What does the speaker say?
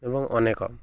ଏବଂ ଅନେକ